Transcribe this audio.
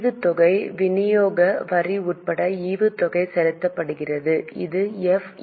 ஈவுத்தொகை விநியோக வரி உட்பட ஈவுத்தொகை செலுத்தப்படுகிறது இது எஃப்